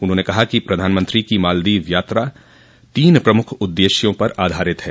उन्होंने कहा कि प्रधानमंत्री की मालदीव यात्रा तीन प्रमुख उद्देश्यों पर आधारित है